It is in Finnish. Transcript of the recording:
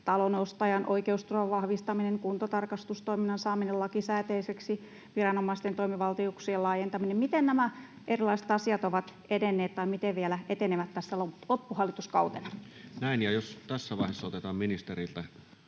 talon ostajan oikeusturvan vahvistaminen, kuntotarkastustoiminnan saaminen lakisääteiseksi ja viranomaisten toimivaltuuksien laajentaminen. Miten nämä erilaiset asiat ovat edenneet tai miten ne vielä etenevät tässä loppuhallituskautena? [Speech 237] Speaker: Toinen